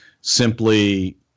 simply